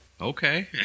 Okay